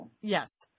Yes